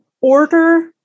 order